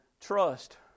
trust